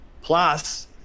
plus